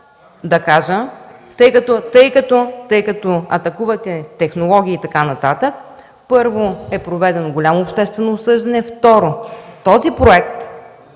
тъй като атакувате технология и така нататък, първо, проведено е голямо обществено обсъждане. Второ, този проект,